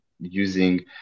using